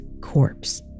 corpse